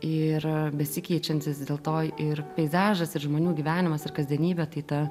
ir besikeičiantis dėl to ir peizažas ir žmonių gyvenimas ir kasdienybė tai ta